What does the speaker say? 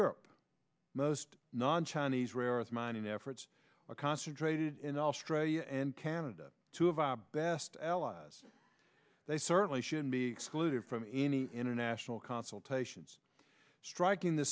europe most non chinese rare earth mining efforts are concentrated in australia and canada two of our best allies they certainly should be excluded from any international consultations striking th